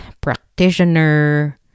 practitioner